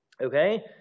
Okay